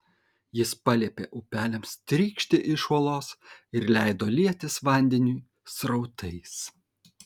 jis paliepė upeliams trykšti iš uolos ir leido lietis vandeniui srautais